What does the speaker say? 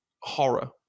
horror